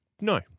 No